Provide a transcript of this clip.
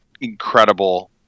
incredible